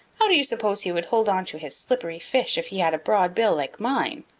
how do you suppose he would hold on to his slippery fish if he had a broad bill like mine?